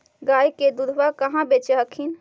गया के दूधबा कहाँ बेच हखिन?